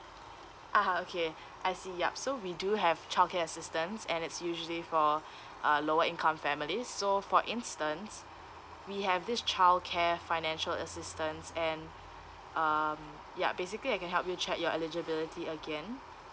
(uh huh) okay I see yup so we do have childcare assistance and it's usually for uh lower income families so for instance we have this childcare financial assistance and um ya basically I can help you check your eligibility again